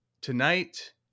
tonight